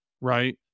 Right